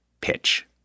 pitch